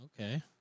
Okay